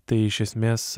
tai iš esmės